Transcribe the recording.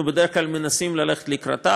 אנחנו בדרך כלל מנסים ללכת לקראתן.